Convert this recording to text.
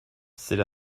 c’est